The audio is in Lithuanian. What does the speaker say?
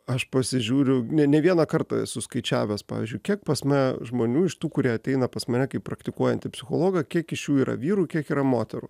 aš pasižiūriu ne ne vieną kartą esu skaičiavęs pavyzdžiui kiek pas mane žmonių iš tų kurie ateina pas mane kaip praktikuojantį psichologą kiek iš jų yra vyrų kiek yra moterų